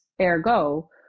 ergo